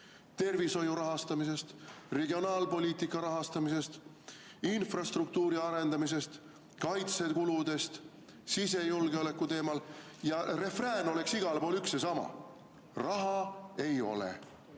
tervishoiu rahastamisest, regionaalpoliitika rahastamisest, infrastruktuuri arendamisest, kaitsekuludest, sisejulgeoleku teemal, ja refrään oleks igal pool üks ja sama: raha ei ole,